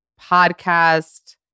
podcast